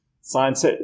science